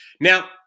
Now